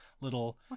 little